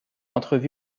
entrevu